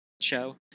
show